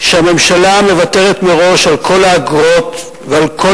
שהממשלה מוותרת מראש על כל האגרות ועל כל